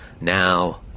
now